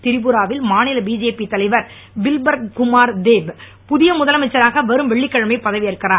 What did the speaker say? திரிபுரா வில் மாநில பிஜேபி தலைவர் திருபிப்லப் குமார் தேப் புதிய முதலமைச்சராக வரும் வெள்ளிக்கிழமை பதவியேற்கிறார்